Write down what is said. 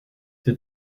the